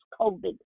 COVID